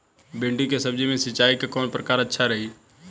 भिंडी के सब्जी मे सिचाई के कौन प्रकार अच्छा रही?